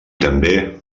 també